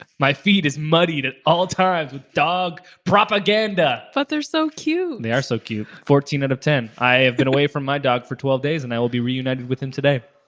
ah my feed is muddied at all times with dog propaganda. but they're so cute! they are so cute. fourteen out of ten. i've been away from my dog for twelve days and i will be reunited with him today.